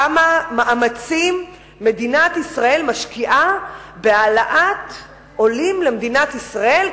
כמה מאמצים מדינת ישראל משקיעה בהעלאת עולים למדינת ישראל,